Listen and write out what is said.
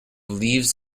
leaves